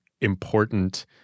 important